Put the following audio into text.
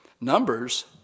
Numbers